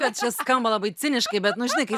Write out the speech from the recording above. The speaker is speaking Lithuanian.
kad čia skamba labai ciniškai bet nu žinai kai